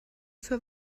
für